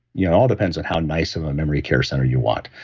yeah all depends on how nice of a memory care center you want.